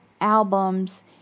albums